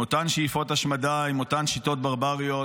עם אותן שאיפות השמדה, עם אותן שיטות ברבריות.